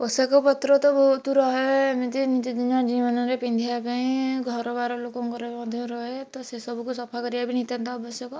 ପୋଷାକପତ୍ର ତ ବହୁତ ରହେ ଏମତି ଏମତି ତ ଜୀବନରେ ପିନ୍ଧିବା ପାଇଁ ଘରବାର ଲୋକଙ୍କର ମଧ୍ୟ ରହେ ତ ସେସବୁକୁ ସଫା କରିବା ବି ନିତାନ୍ତ ଆବଶ୍ୟକ